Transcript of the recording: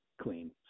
clean